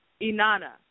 Inana